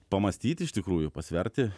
pamąstyti iš tikrųjų pasverti